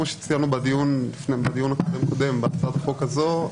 כפי שציינו בדיון הקודם בהצעת החוק הזו,